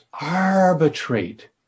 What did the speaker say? arbitrate